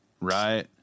Right